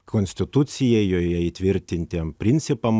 konstitucijai joje įtvirtintiem principam